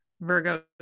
virgo